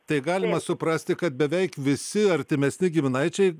tai galima suprasti kad beveik visi artimesni giminaičiai